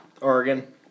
Oregon